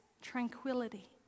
tranquility